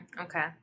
okay